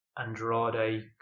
Andrade